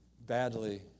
badly